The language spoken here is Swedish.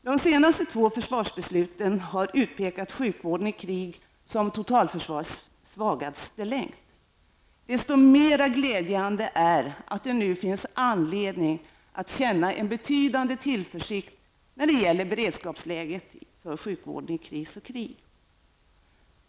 De senaste två försvarsbesluten har utpekat sjukvården i krig som totalförsvarets svagaste länk. Desto mera glädjande är att det nu finns anledning att känna en betydande tillförsikt när det gäller beredskapsläget för sjukvården i kris och krig.